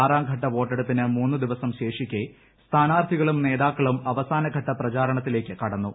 ആറാം ഘട്ട വോട്ടെടുപ്പിന് മൂന്ന് ദിവസം ശേഷിക്കെ സ്ഥാനാർത്ഥികളും നേതാക്കളും അവസാനഘട്ട പ്രചാരണത്തിലേക്ക് കടന്നു